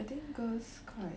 I think girls quite